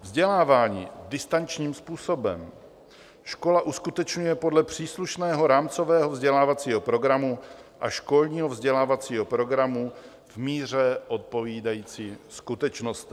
Vzdělávání distančním způsobem škola uskutečňuje podle příslušného rámcového vzdělávacího programu a školního vzdělávacího programu v míře odpovídající skutečnostem.